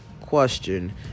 question